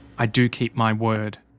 i do keep my word.